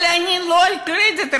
אבל אני לא נלחמת על קרדיט,